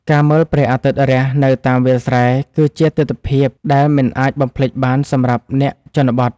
ការមើលព្រះអាទិត្យរះនៅតាមវាលស្រែ គឺជាទិដ្ឋភាពដែលមិនអាចបំភ្លេចបានសម្រាប់អ្នកជនបទ។